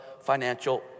financial